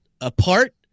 apart